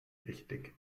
richtig